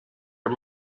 our